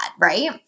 right